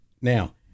Now